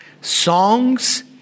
Songs